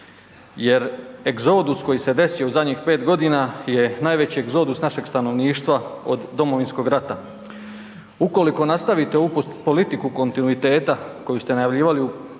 jer egzodus koji se desio zadnjih 5 g. je najveći egzodus našeg stanovništva od Domovinskog rata. Ukoliko nastavite ovu politiku kontinuiteta koju ste najavljivali u